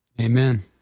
amen